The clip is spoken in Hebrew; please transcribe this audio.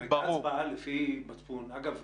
אגב,